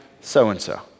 so-and-so